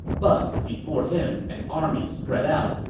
but before him an army spread out.